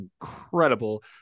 incredible